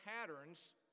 patterns